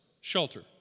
shelter